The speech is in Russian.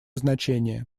значение